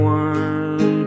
one